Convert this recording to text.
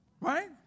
Right